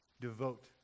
devote